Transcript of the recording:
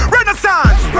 Renaissance